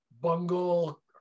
bungle